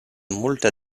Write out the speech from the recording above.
multe